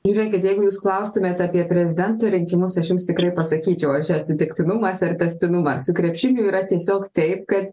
žiūrėkit jeigu jūs klaustumėt apie prezidento rinkimus aš jums tikrai pasakyčiau ar čia atsitiktinumas ar tęstinumas su krepšiniu yra tiesiog taip kad